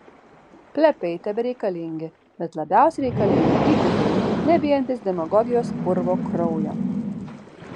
plepiai tebereikalingi bet labiausiai reikalingi vykdytojai nebijantys demagogijos purvo kraujo